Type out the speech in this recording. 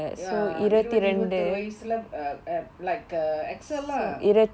ya இருவது இருவத்தோறு வயசுல:iruvathu iruvathoru vayasula uh uh like uh excel lah